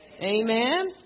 Amen